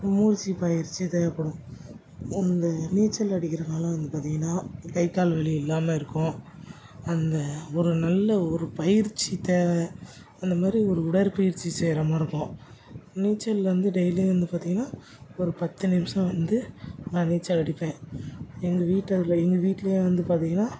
மூச்சு பயிற்சி தேவைப்படும் இந்த நீச்சல் அடிக்கிறனால வந்து பார்த்தீங்கன்னா கை கால் வலி இல்லாமல் இருக்கும் அந்த ஒரு நல்ல ஒரு பயிற்சி தேவை அந்த மாதிரி ஒரு உடற்பயிற்சி செய்கிற மாதிரி இருக்கும் நீச்சல் வந்து டெய்லி வந்து பார்த்தீங்கன்னா ஒரு பத்து நிமிஷம் வந்து நான் நீச்சல் அடிப்பேன் எங்க வீட்டு அதில் எங்கள் வீட்லே வந்து பார்த்தீங்கன்னா